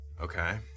Okay